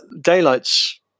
daylights